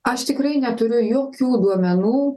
aš tikrai neturiu jokių duomenų